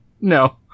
no